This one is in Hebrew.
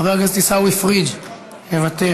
חברת הכנסת עיסאווי פריג' מוותר.